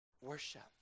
Worship